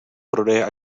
prodeje